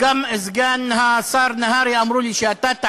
סגן השר נהרי אמרו לי שאתה תענה,